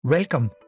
Welcome